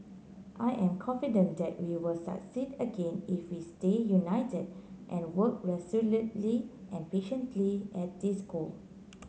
I am confident that we will succeed again if we stay united and work resolutely and patiently at this goal